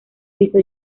piso